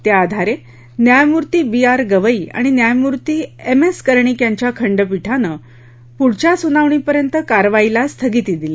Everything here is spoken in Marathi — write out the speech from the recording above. त्या आधारे न्यायमूर्ती वी आर गवई आणि न्यायमूर्ती एम एस कर्णिक यांच्या खंडपीठानं पुढच्या सुनावणीपर्यंत कारवाईस स्थगिती दिली